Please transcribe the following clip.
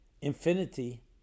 Infinity